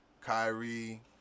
Kyrie